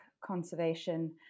conservation